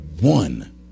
One